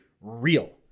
real